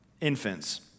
infants